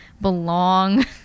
belong